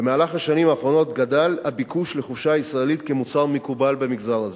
במהלך השנים האחרונות גדל הביקוש לחופשה ישראלית כמוצר מקובל במגזר הזה.